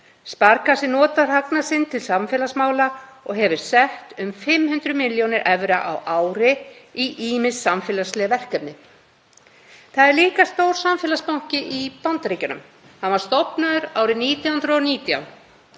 Sparkasse notar hagnað sinn til samfélagsmála og hefur sett um 500 milljónir evra á ári í ýmis samfélagsleg verkefni. Það er líka stór samfélagsbanki í Bandaríkjunum. Hann var stofnaður árið 1919